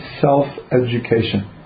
self-education